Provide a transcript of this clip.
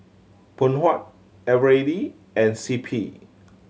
Phoon Huat Eveready and C P